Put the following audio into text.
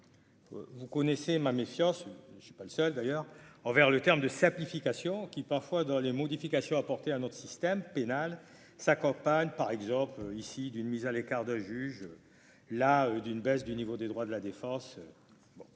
Vous connaissez ma méfiance je suis pas le seul d'ailleurs envers le terme de simplification qui parfois dans les modifications apportées à notre système pénal sa campagne par exemple ici d'une mise à l'écart de juges là d'une baisse du niveau des droits de la défense